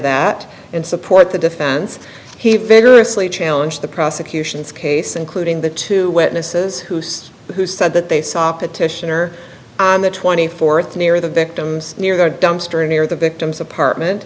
that and support the defense he vigorously challenge the prosecution's case including the two witnesses who said who said that they saw petitioner on the twenty fourth near the victims near the dumpster near the victim's apartment